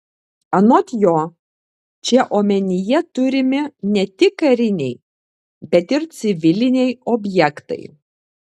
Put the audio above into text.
anot jo čia omenyje turimi ne tik kariniai bet ir civiliniai objektai